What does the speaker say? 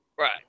Right